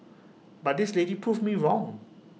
but this lady proved me wrong